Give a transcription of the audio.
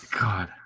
God